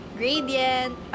gradient